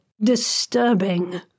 disturbing